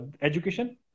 education